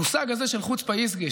המושג הזה של "חוצפה יסגא",